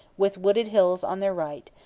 with wooded hills on their right,